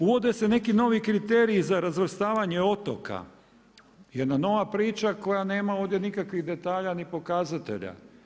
Uvode se neki novi kriteriji za razvrstavanje otoka, jedna nova priča koja nema ovdje nikakvih detalja ni pokazatelja.